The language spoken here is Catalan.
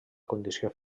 condició